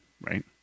right